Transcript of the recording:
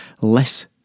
less